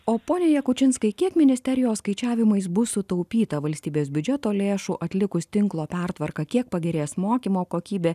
o pone jakučinskai kiek ministerijos skaičiavimais bus sutaupyta valstybės biudžeto lėšų atlikus tinklo pertvarką kiek pagerės mokymo kokybė